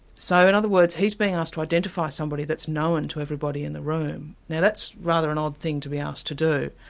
so in other words, he's being asked to identify somebody that's known to everybody in the room. now that's rather an odd thing to be asked to do.